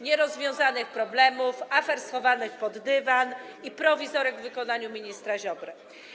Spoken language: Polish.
Nierozwiązanych problemów, afer schowanych pod dywan i prowizorek w wykonaniu ministra Ziobry.